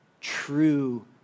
true